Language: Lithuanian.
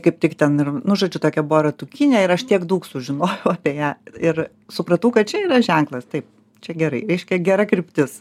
kaip tik ten ir nu žodžiu tokia buvo ratukinė ir aš tiek daug sužinojau apie ją ir supratau kad čia yra ženklas taip čia gerai reiškia gera kryptis